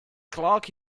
clock